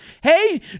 Hey